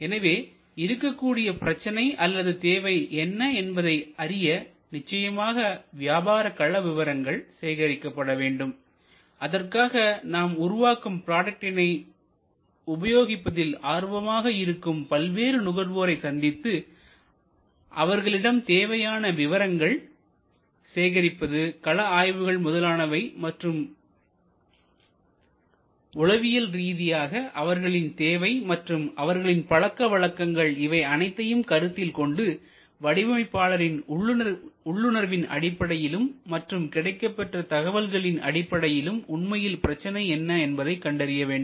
எனவே இருக்கக்கூடிய பிரச்சனை அல்லது தேவை என்ன என்பதை அறிய நிச்சயமாக வியாபார கள விவரங்கள் சேகரிக்கப்பட வேண்டும் அதற்காக நாம் உருவாக்கும் ப்ராடக்ட்டினை உபயோகிப்பதில் ஆர்வமாக இருக்கும் பல்வேறு நுகர்வோரை சந்தித்து அவர்களிடம் தேவையான விவரங்கள் சேகரிப்பது களஆய்வுகள் முதலானவை மற்றும் உளவியல் ரீதியாக அவர்களின் தேவை மற்றும் அவர்களின் பழக்கவழக்கங்கள் இவை அனைத்தையும் கருத்தில்கொண்டு வடிவமைப்பாளரின் உள்ளுணர்வின் அடிப்படையிலும் மற்றும் கிடைக்கப்பெற்ற தகவல்களின் அடிப்படையிலும் உண்மையில் பிரச்சினை என்ன என்பதை கண்டறிய வேண்டும்